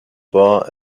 bar